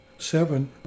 seven